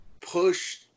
push